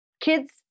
Kids